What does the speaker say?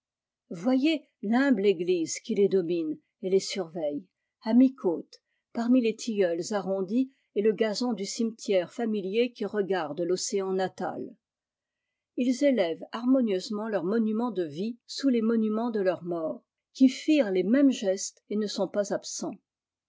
voyez l'humble église qui les domine et les surveille à mi-côte parmi les tilleuls arrondis et le gazon du cimetière familier qui regarde l'océan natal ils élèvent harmonieusement leur monument de vie sous les monuments de leurs morts qui firent les mêmes gestes et ne sont pas absents